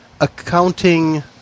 accounting